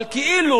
אבל כאילו